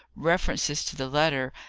references to the letter,